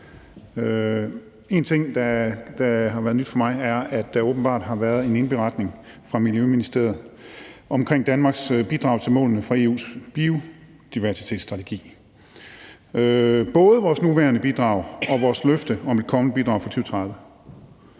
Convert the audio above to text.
Én ting, der har været nyt for mig, er, at der åbenbart har været en indberetning fra Miljøministeriet omkring Danmarks bidrag til målene fra EU's biodiversitetsstrategi, både vores nuværende bidrag og vores løfte om et kommende bidrag fra 2030.